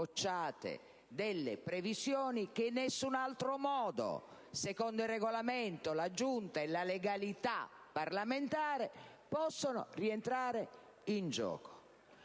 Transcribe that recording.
previsioni che in nessun altro modo, secondo il Regolamento, la Giunta e la legalità parlamentare, possono rientrare in gioco.